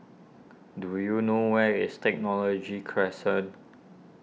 do you know where is Technology Crescent